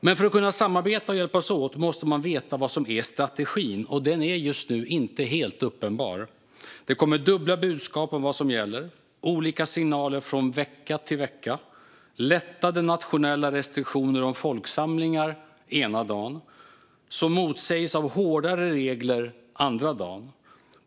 Men för att kunna samarbeta och hjälpas åt måste man veta vad som är strategin, och den är just nu inte helt uppenbar. Det kommer dubbla budskap om vad som gäller, olika signaler från vecka till vecka, lättade nationella restriktioner om folksamlingar ena dagen som motsägs av hårdare regler andra dagen.